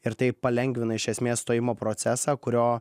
ir tai palengvina iš esmės stojimo procesą kurio